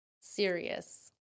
serious